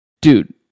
Dude